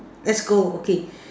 let's go okay